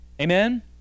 Amen